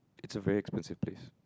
it's a very expensive place